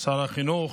שר החינוך,